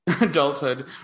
adulthood